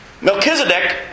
Melchizedek